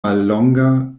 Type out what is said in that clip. mallonga